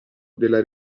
della